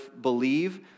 believe